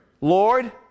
Lord